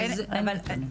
אין נתונים,